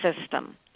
system